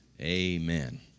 Amen